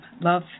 Love